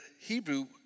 Hebrew